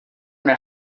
una